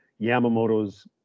yamamoto's